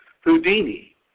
Houdini